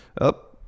up